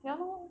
ya lor